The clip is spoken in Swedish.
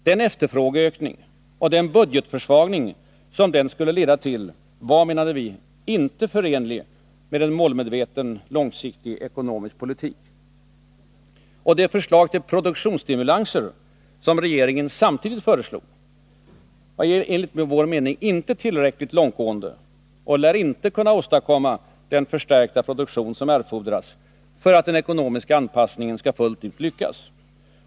Den efterfrågeökning och den budgetförsvagning som den skulle leda till var — menade vi — icke förenlig med en målmedveten långsiktig ekonomisk politik. De förslag till produktionsstimulanser som regeringen samtidigt föreslog är enligt vår mening icke tillräckligt långtgående och lär inte kunna åstadkomma den förstärkta produktion som erfordras för att den ekonomiska anpassningen skall fullt ut lyckas.